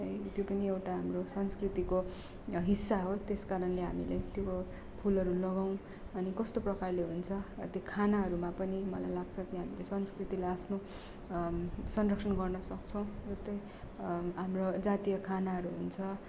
है त्यो पनि एउटा हाम्रो संस्कृतिको हिस्सा हो त्यस कारणले हामीले त्यो फुलहरू लगाउँ अनि कस्तो प्रकारले हुन्छ त्यो खानाहरूमा पनि मलाई लाग्छ कि हामीले संस्कृतिलाई आफ्नो संरक्षण गर्नु सक्छौँ जस्तै हाम्रो जातीय खानाहरू हुन्छ